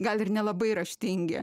gal ir nelabai raštingi